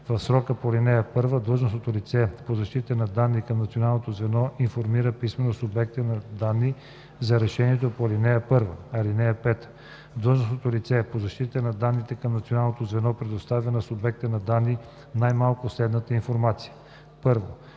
В срока по ал. 1 длъжностното лице по защита на данните към Националното звено информира писмено субекта на данните за решението по ал. 1. (5) Длъжностното лице по защита на данните към Националното звено предоставя на субекта на данни най-малко следната информация: 1.